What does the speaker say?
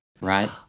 right